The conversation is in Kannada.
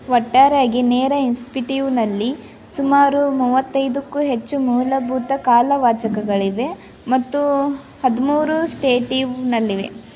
ಒಟ್ಟಾರೆಯಾಗಿ ನೇರ ಇನ್ಸಿಪಿಟೀವ್ನಲ್ಲಿ ಸುಮಾರು ಮೂವತ್ತೈದುಕ್ಕೂ ಹೆಚ್ಚು ಮೂಲಭೂತ ಕಾಲವಾಚಕಗಳಿವೆ ಮತ್ತು ಹದಿಮೂರು ಸ್ಟೇಟೀವ್ನಲ್ಲಿವೆ